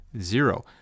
zero